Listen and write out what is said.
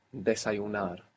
desayunar